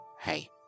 hey